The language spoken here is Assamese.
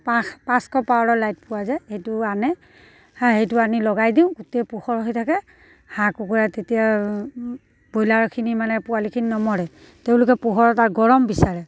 পাঁচশ পাৱাৰৰ লাইট পোৱা যায় সেইটো আনে হা সেইটো আনি লগাই দিওঁ গোটেই পোহৰ হৈ থাকে হাঁহ কুকুৰা তেতিয়া ব্ৰয়লাৰখিনি মানে পোৱালিখিনি নমৰে তেওঁলোকে পোহৰৰ আৰু গৰম বিচাৰে